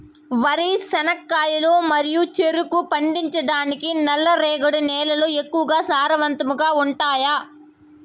వరి, చెనక్కాయలు మరియు చెరుకు పండించటానికి నల్లరేగడి నేలలు ఎక్కువగా సారవంతంగా ఉంటాయా?